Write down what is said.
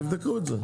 תבדקו את העניין.